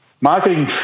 marketing